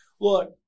Look